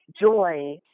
joy